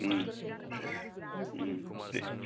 उम उम दे